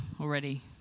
already